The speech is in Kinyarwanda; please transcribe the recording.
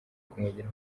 kumwegera